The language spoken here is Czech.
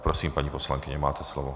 Prosím, paní poslankyně, máte slovo.